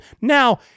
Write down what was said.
Now